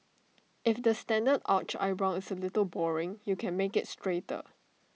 if the standard arched eyebrow is A little boring you can make IT straighter